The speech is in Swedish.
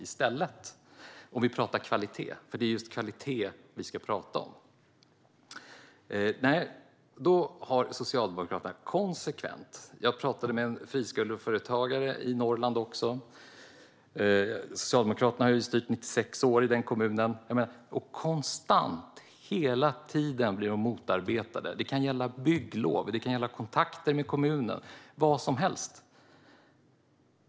Detta om vi pratar kvalitet, och det är just kvalitet vi ska prata om. Jag pratade också med friskoleföretagare i en kommun i Norrland där Socialdemokraterna har styrt i 96 år. Konstant, hela tiden, blir de motarbetade - det kan gälla bygglov, kontakter med kommunen, vad som helst.